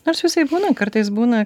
nors visaip būna kartais būna